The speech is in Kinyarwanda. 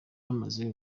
bamaze